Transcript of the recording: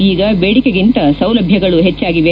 ಈಗ ಬೇಡಿಕೆಗಿಂತ ಸೌಲಭ್ಯಗಳು ಹೆಚ್ಚಾಗಿವೆ